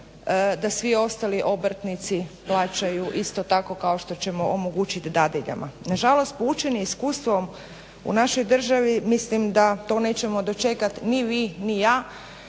da svi ostali obrtnici plaćaju isto tako kao što ćemo omogućit dadiljama. Nažalost, poučeni iskustvom u našoj državi mislim da to nećemo dočekat ni vi ni ja.